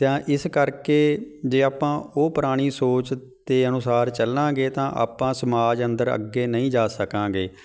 ਅਤੇ ਹਾਂ ਇਸ ਕਰਕੇ ਜੇ ਆਪਾਂ ਉਹ ਪੁਰਾਣੀ ਸੋਚ ਦੇ ਅਨੁਸਾਰ ਚਲਾਂਗੇ ਤਾਂ ਆਪਾਂ ਸਮਾਜ ਅੰਦਰ ਅੱਗੇ ਨਹੀਂ ਜਾ ਸਕਾਂਗੇ